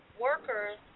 workers